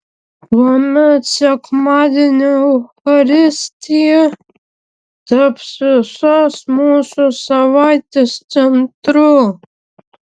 tuomet sekmadienio eucharistija taps visos mūsų savaitės centru